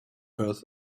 earth